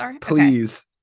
please